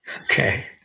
Okay